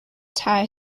tie